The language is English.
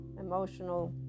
emotional